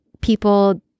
people